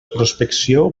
prospecció